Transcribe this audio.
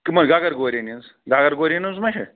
کَمَن گَگر گورٮ۪ن ہِنٛز گگر گورٮ۪ن ہٕںٛز ما چھِ